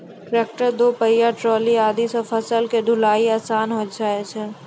tractor, दो पहिया trolley आदि सॅ फसल के ढुलाई आसान होय जाय छै